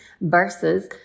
Versus